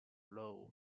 low